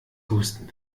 husten